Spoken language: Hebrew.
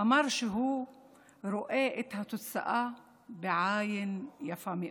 אמר שהוא רואה את התוצאה בעין יפה מאוד.